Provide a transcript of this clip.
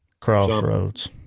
Crossroads